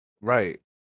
Right